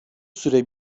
süre